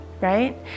right